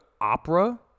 opera